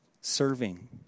serving